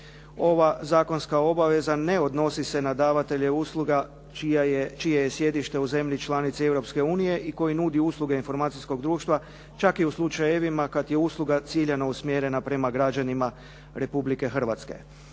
Ova zakonska obaveza ne odnosi se na davatelje usluga čije je sjedište u zemlji članici Europske unije i koji nudi usluge informacijskog društva, čak i u slučajevima kad je usluga ciljano usmjerena prema građanima Republike Hrvatske.